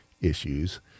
issues